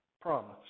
promise